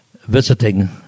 visiting